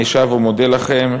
אני שב ומודה לכם,